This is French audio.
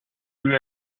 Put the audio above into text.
voulu